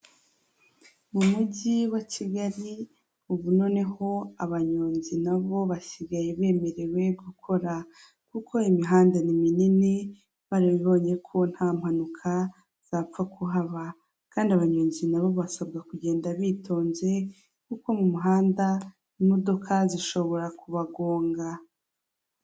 Mu mujyi wa Kigali ubu noneho abanyonzi nabo basigaye bemerewe gukora, kuko imihanda ni minini, barabibonye ko nta mpanuka zapfa kuhaba, kandi abanyonzi nabo basabwa kugenda bitonze kuko mu muhanda imodoka zishobora kubagonga.